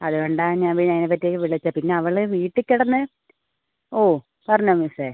അതുകൊണ്ടാണ് ഞാൻ പിന്നെ അതിനെ പറ്റി വിളിച്ചത് പിന്നെ അവൾ വീട്ടിൽ കിടന്ന് ഓ പറഞ്ഞോ മിസ്സേ